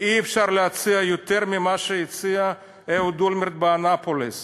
אי-אפשר להציע יותר ממה שהציע אהוד אולמרט באנאפוליס.